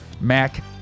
MAC